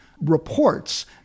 reports